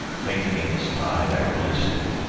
thinking it was tied, i released it,